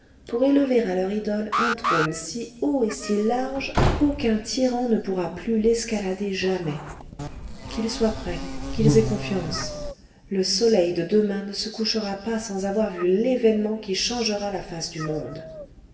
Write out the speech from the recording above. pour élever à leur idole un trône si haut et si large qu'aucun tyran ne pourra plus l'escalader jamais qu'ils soient prêts qu'ils aient confiance le soleil de demain ne se couchera pas sans avoir vu l'événement qui changera la face du monde